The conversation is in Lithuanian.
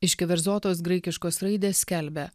iškeverzotos graikiškos raidės skelbia